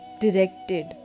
directed